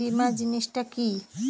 বীমা জিনিস টা কি?